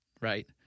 right